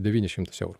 devynis šimtus eurų